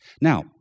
Now